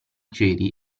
ceri